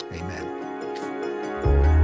amen